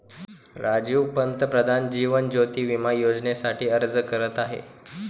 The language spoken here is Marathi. राजीव पंतप्रधान जीवन ज्योती विमा योजनेसाठी अर्ज करत आहे